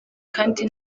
kandi